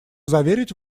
заверить